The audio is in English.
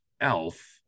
elf